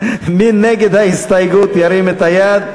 מי בעד הסעיף, ירים את ידו.